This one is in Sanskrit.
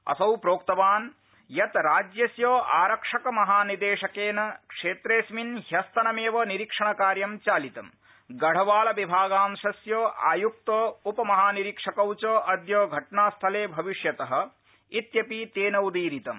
असौ प्रोक्तवान् यत् राज्यस्य आरक्षक महानिदेशकेन क्षेत्रेऽस्मिन् ह्यस्तनमेव निरीक्षणकार्यं चालितम् गढ़वाल विभागांशस्य आयुक्त उप महानिरीक्षकौ च अद्य घटनास्थले भविष्यतः इति तेनोक्तं